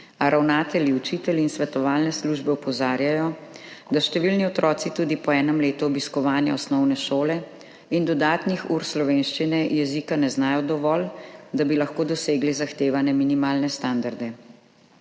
A ravnatelji, učitelji in svetovalne službe opozarjajo, da številni otroci tudi po enem letu obiskovanja osnovne šole in dodatnih ur slovenščine jezika ne znajo dovolj, da bi lahko dosegli zahtevane minimalne standarde.